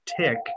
tick